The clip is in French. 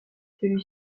celui